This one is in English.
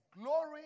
glory